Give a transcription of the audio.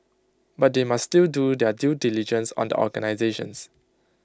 but they must still do their due diligence on the organisations